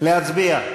להצביע.